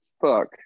Fuck